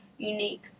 Unique